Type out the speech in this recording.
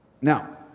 now